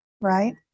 right